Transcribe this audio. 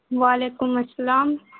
وعلیکم السلام